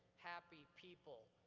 happy people,